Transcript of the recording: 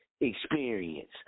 experience